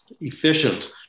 efficient